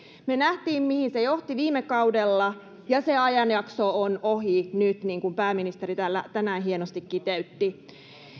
me näimme mihin se johti viime kaudella ja se ajanjakso on ohi nyt niin kuin pääministeri tänään hienosti kiteytti